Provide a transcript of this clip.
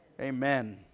amen